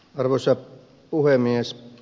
arvoisa puhemies